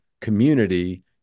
community